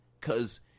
Cause